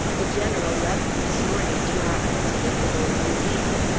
the general left this morning, to our unspeakable relief.